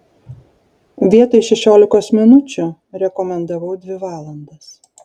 vietoj šešiolikos minučių rekomendavau dvi valandas